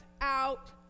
out